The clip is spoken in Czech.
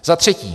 Za třetí.